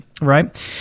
right